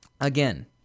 again